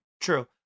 True